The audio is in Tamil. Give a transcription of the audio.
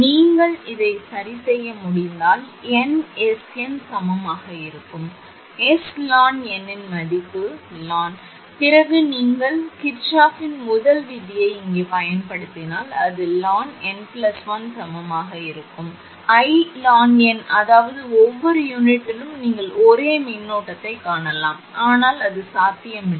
நீங்கள் இதை சரிசெய்ய முடிந்தால் 𝑛Sn சமமாக இருக்கும் 𝑆In𝑛 மதிப்பு In ′ பிறகு நீங்கள் கிர்ச்சாஃப்பின் முதல் சட்டத்தை இங்கே பயன்படுத்தினால் அது In𝑛1 சமமாக இருக்கும் 𝐼In𝑛 அதாவது ஒவ்வொரு யூனிட்டிலும் நீங்கள் ஒரே மின்னோட்டத்தைக் காணலாம் ஆனால் அது சாத்தியமில்லை